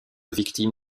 victime